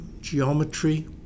geometry